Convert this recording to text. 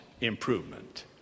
improvement